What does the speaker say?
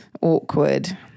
awkward